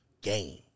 game